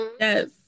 yes